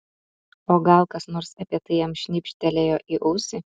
o gal kas nors apie tai jam šnibžtelėjo į ausį